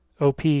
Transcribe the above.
OP